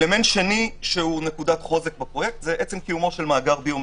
אלמנט שני שהוא נקודת חוזק בפרויקט עצם קיומו של מאגר ביומטרי.